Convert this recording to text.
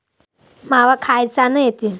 मावा कायच्यानं येते?